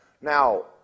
Now